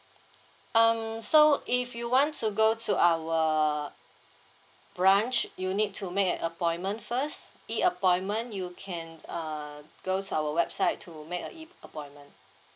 um so if you want to go to our branch you need to make an appointment first E appointment you can uh go to our website to make a E appointment